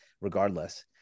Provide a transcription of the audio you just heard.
regardless